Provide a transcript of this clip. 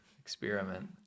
experiment